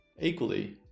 Equally